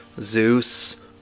Zeus